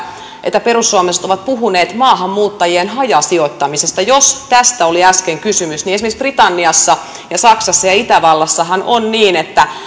että perussuomalaiset ovat puhuneet maahanmuuttajien hajasijoittamisesta jos tästä oli äsken kysymys niin esimerkiksi britanniassa saksassa ja itävallassahan on niin että